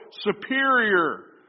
superior